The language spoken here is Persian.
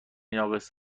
ناقص